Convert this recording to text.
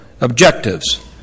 objectives